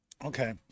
okay